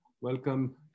welcome